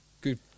Good